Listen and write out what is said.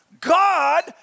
God